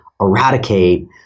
eradicate